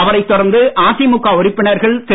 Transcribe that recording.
அவரைத் தொடர்ந்து அதிமுக உறுப்பினர்கள் திரு